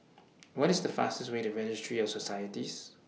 What IS The fastest Way to Registry of Societies